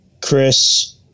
Chris